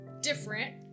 different